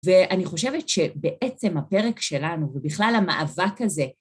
ואני חושבת שבעצם הפרק שלנו, ובכלל המאבק הזה,